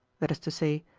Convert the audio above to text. that is to say,